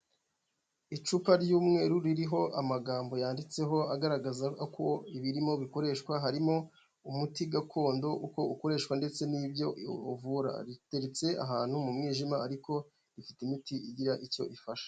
Icupa ry'umweru ririho amagambo yanditseho, agaragaza ko ibirimo bikoreshwa harimo umuti gakondo, uko ukoreshwa ndetse n'ibyo uvura. Riteretse ahantu mu mwijima ariko rifite imiti igira icyo ifasha.